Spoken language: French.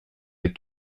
les